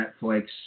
Netflix